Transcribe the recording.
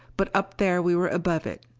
but up there we were above it,